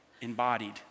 embodied